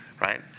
right